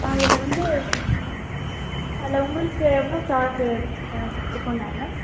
அதில் வந்து அதில் உங்களுக்கு எவ்வளோ சார்ஜு கொடுக்கணும் நாங்கள்